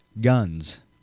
guns